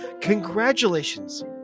Congratulations